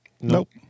Nope